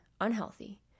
unhealthy